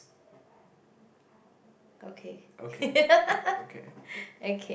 okay okay